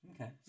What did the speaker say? Okay